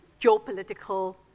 geopolitical